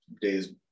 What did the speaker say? days